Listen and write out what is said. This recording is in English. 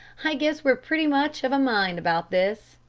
i guess we're pretty much of a mind about this.